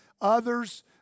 Others